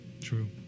True